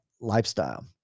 lifestyle